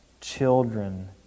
children